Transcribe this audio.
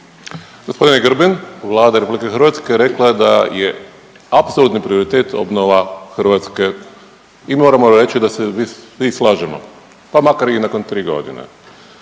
G. Grbin, Vlada RH je rekla da je apsolutni prioritet obnova Hrvatske i moramo reći da se mi svi slažemo, pa makar i nakon 3 godine.